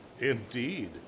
Indeed